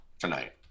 tonight